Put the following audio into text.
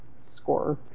score